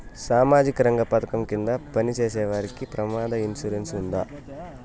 సామాజిక రంగ పథకం కింద పని చేసేవారికి ప్రమాద ఇన్సూరెన్సు ఉందా?